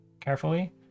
carefully